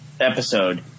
episode